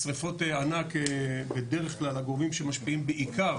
שריפות ענק בדרך כלל, הגורמים שמשפיעים בעיקר